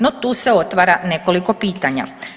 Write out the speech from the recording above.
No tu se otvara nekoliko pitanja.